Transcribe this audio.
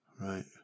Right